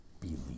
believe